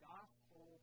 Gospel